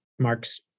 mark's